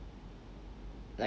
like